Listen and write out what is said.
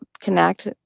connect